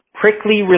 prickly